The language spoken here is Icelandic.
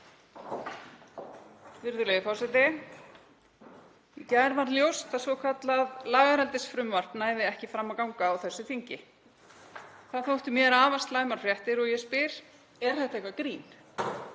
Virðulegi forseti. Í gær varð ljóst að svokallað lagareldisfrumvarp næði ekki fram að ganga á þessu þingi. Það þóttu mér afar slæmar fréttir og ég spyr: Er þetta eitthvert grín?